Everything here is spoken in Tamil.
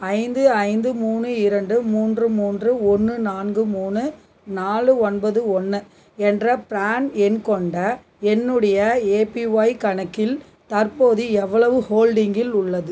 ஐந்து ஐந்து மூணு இரண்டு மூன்று மூன்று ஒன்று நான்கு மூணு நாலு ஒன்பது ஒன்று என்ற பிரான் எண் கொண்ட என்னுடைய ஏபிஒய் கணக்கில் தற்போது எவ்வளவு ஹோல்டிங்கில் உள்ளது